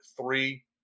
three